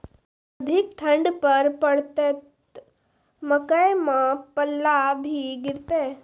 अधिक ठंड पर पड़तैत मकई मां पल्ला भी गिरते?